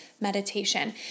meditation